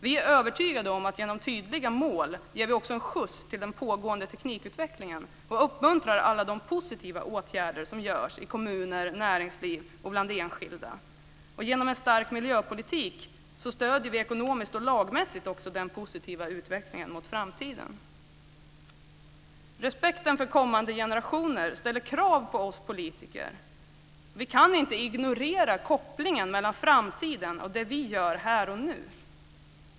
Vi är övertygade om att vi genom tydliga mål också ger en skjuts till den pågående teknikutvecklingen och uppmuntrar alla de positiva åtgärder som vidtas i kommuner, i näringsliv och bland enskilda. Och genom en stark miljöpolitik stöder vi ekonomiskt och lagmässigt också den positiva utvecklingen mot framtiden. Respekten för kommande generationer ställer krav på oss politiker. Vi kan inte ignorera kopplingen mellan framtiden och det som vi gör här och nu.